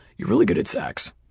you're really good at sex.